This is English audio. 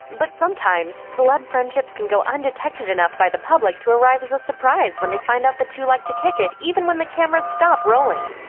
but sometimes, celeb friendships can go undetected enough by the public to arrive as a surprise when they find out the two like to kick it even when the cameras stop rolling.